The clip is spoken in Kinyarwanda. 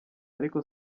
ariko